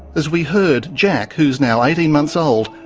as we heard jack, who's now eighteen months old,